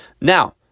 now